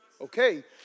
Okay